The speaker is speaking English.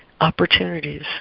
opportunities